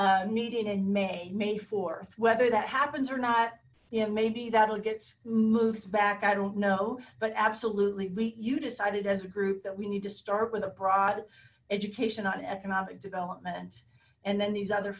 meeting in may may th whether that happens or not and maybe that'll gets moved back i don't know but absolutely we you decided as a group that we need to start with a broad education on economic development and then these other